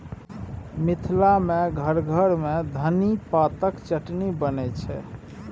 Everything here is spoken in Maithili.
मिथिला मे घर घर मे धनी पातक चटनी बनै छै